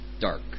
dark